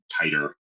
tighter